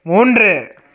மூன்று